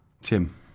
Tim